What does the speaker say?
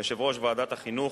יושב-ראש ועדת החינוך,